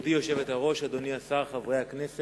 גברתי היושבת-ראש, אדוני השר, חברי הכנסת,